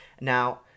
Now –